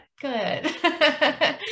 good